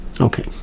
Okay